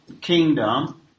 kingdom